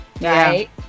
right